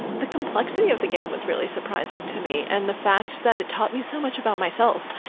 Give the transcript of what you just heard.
the complexity of the game was really surprising to me and the fact that it taught me so much about myself,